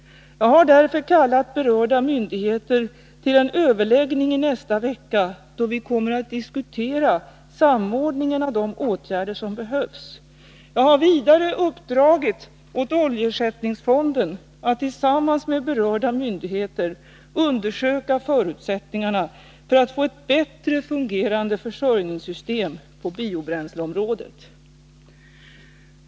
Jag har därför kallat berörda myndigheter till en överläggning i nästa vecka, då vi kommer att diskutera samordningen av de åtgärder som behövs. Jag har vidare uppdragit åt oljeersättningsfonden att tillsammans med berörda myndigheter undersöka förutsättningarna för att få ett bättre fungerande försörjningssystem på biobränsleområdet.